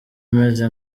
umeze